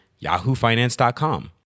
yahoofinance.com